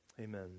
Amen